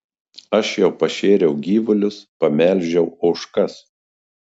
aš jau pašėriau gyvulius pamelžiau ožkas